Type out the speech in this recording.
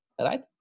right